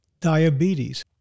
diabetes